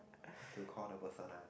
how to call the person ah